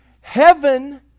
Heaven